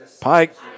pike